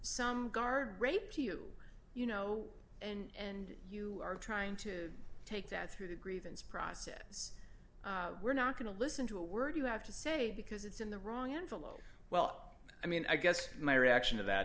some guards raped you you know and you are trying to take that through the grievance process we're not going to listen to a word you have to say because it's in the wrong envelope well i mean i guess my reaction to that